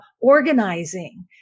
organizing